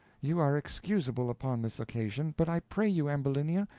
you are excusable upon this occasion but i pray you, ambulinia,